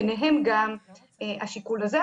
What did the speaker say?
ביניהם גם השיקול הזה,